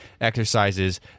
exercises